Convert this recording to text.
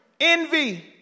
envy